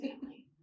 family